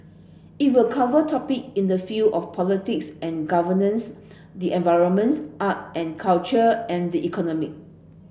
it will cover topic in the field of politics and governance the environments art and culture and the economy